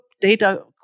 data